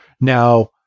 Now